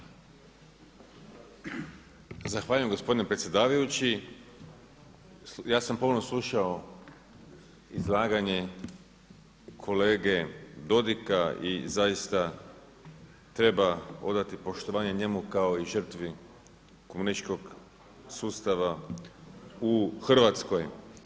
Zahvaljujem gospodine predsjedavajući, ja sam pomno slušao izlaganje kolege Dodiga i zaista treba odati poštovanje njemu kao i žrtvi komunističkog sustava u Hrvatskoj.